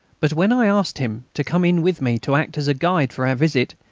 but when i asked him to come in with me, to act as guide for our visit,